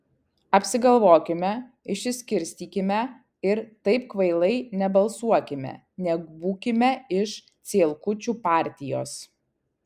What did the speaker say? apsigalvokime išsiskirstykime ir taip kvailai nebalsuokime nebūkime iš cielkučių partijos